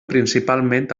principalment